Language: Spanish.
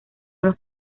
unos